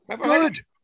Good